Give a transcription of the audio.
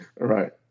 right